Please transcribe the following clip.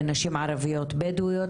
נשים ערביות בדואיות,